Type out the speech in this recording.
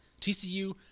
TCU